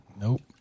Nope